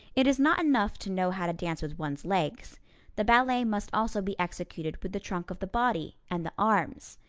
it is not enough to know how to dance with one's legs the ballet must also be executed with the trunk of the body and the arms.